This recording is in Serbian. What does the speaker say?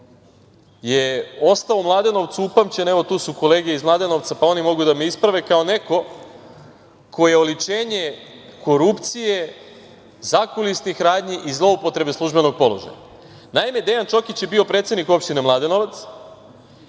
je ostao u Mladenovcu upamćen, evo tu su kolege iz Mladenovca pa oni mogu da me isprave, kao neko ko je oličenje korupcije, zakulisnih radnji i zloupotrebe službenog položaja. Naime, Dejan Čokić je bio predsednik opštine Mladenovac,